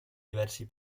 diversi